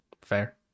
fair